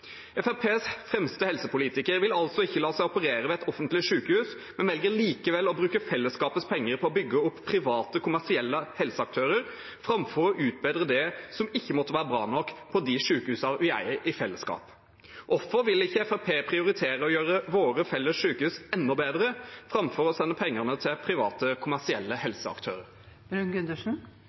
fremste helsepolitiker vil altså ikke la seg operere ved et offentlig sykehus, men velger likevel å bruke fellesskapets penger på å bygge opp private, kommersielle helseaktører framfor å utbedre det som ikke måtte være bra nok ved de sykehusene vi eier i fellesskap. Hvorfor vil ikke Fremskrittspartiet prioritere å gjøre våre felles sykehus enda bedre framfor å sende pengene til private, kommersielle helseaktører?